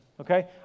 okay